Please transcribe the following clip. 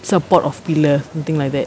support of pillar something like that